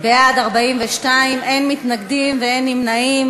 בעד, 42, אין מתנגדים ואין נמנעים.